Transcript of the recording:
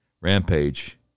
rampage